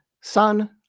son